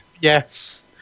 Yes